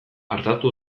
artatu